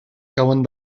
cauen